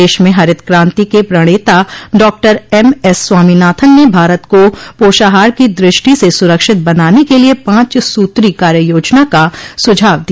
देश में हरित क्रांति के प्रणेता डॉक्टर एम एस स्वामीनाथन ने भारत को पोषाहार की दृष्टि से सुरक्षित बनाने के लिए पांच सूत्री कार्य योजना का सुझाव दिया